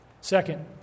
Second